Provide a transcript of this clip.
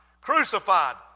crucified